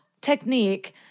technique